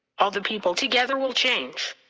all the people together will change.